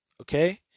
okay